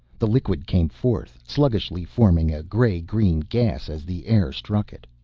the liquid came forth, sluggishly, forming a gray-green gas as the air struck it.